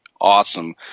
awesome